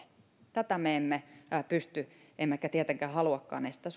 tätä me emme pysty estämään emmekä tietenkään haluakaan estää